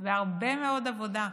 והרבה מאוד עבודה.